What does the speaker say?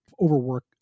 overwork